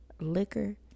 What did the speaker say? liquor